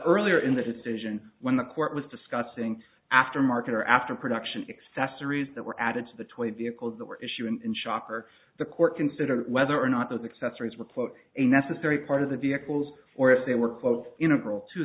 earlier in the decision when the court was discussing after market or after production accessories that were added to the twenty vehicles that were issue and shopper the court considered whether or not those accessories were quote a necessary part of the vehicles or if they were